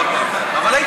להביא